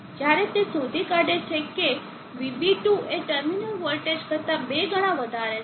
જ્યારે તે શોધી કાઢે છે કે VB2 એ ટર્મિનલ વોલ્ટેજ કરતા 2 ગણા વધારે છે